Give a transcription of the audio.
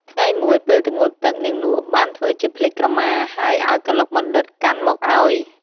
ថ្ងៃមួយ ពេលទៅងូតទឹក នាងនក់បានធ្វើជាភ្លេចក្រមា ហើយឱ្យកឡុកបណ្ឌិត្យកាន់មកឱ្យ ។